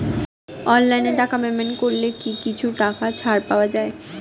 অনলাইনে টাকা পেমেন্ট করলে কি কিছু টাকা ছাড় পাওয়া যায়?